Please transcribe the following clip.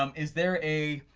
um is there a.